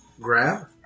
grab